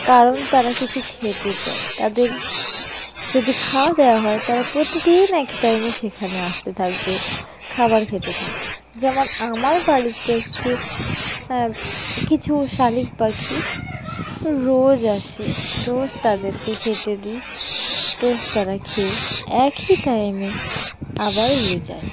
কারণ তারা কিছু খেতে চায় তাদের যদি খাওয়া দেওয়া হয় তারা প্রতিদিন একই টাইমে সেখানে আসতে থাকবে খাবার খেতে থাকে যেমন আমার বাড়িতে এক যে কিছু শালিক পাখি রোজ আসে রোজ তাদেরকে খেতে দিই রোজ তারা খেয়ে একই টাইমে আবার উড়ে যায়